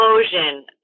explosion